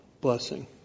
blessing